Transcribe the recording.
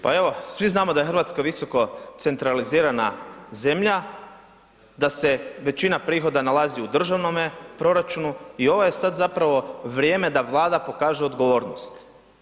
Pa evo svi znamo da je Hrvatska visoko centralizirana zemlja, da se većina prihoda nalazi u državnome proračunu i ovo je sada zapravo vrijeme da Vlada pokaže odgovornost.